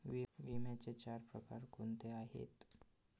विम्याचे चार प्रकार कोणते आहेत?